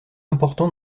important